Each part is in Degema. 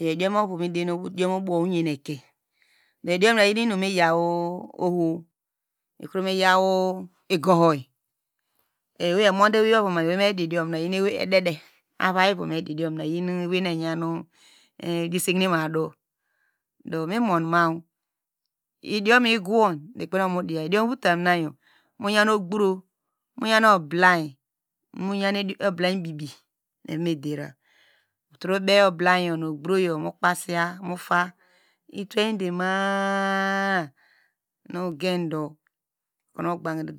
Iyow idiom onu nu midi idiom oyen ekein do idiom iyenu inum miyaw oho, ikro miyor igoho, ewei emude ewei evomamu eweimedi diom na eyei edede, ewei evo mediya eye wei nu eyan ediyesemadu, do mimon ma idiom yor igowon ikpen okomu diya, idiom votanayo, oyan ogbro, obleyi bibi nu eva medera, mutro be ubleyo nu obroyo mu kpasiya introwde ma- a, nu ogenda okunu gbanke,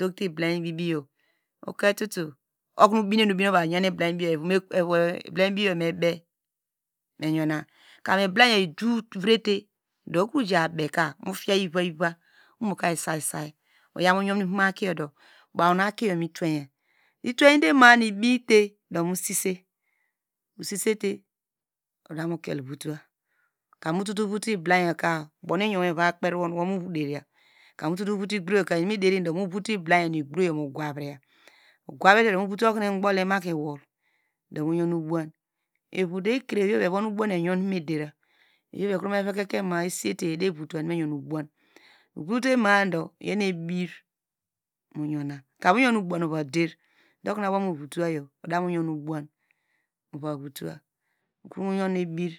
okonu ubine muva, etrowande manu ibite musise, usisete udamuke votowa, kam mutotovot ubleyo, ubunu iyorwo ivakperi won kam movoto ibleyo nu igroyo mugraviya ugravite muvo okunu igboli imakiwo do muyon ublowan, ewei evo evonu ubuwan evame votowa evo emeyo ubowayor miwi aki uvote madu iyonu ibite ka eyon ubowa uvader ukromu yon ebir.